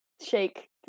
shake